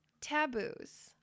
taboos